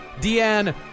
Deanne